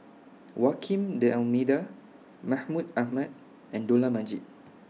Almeida Mahmud Ahmad and Dollah Majid